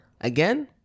Again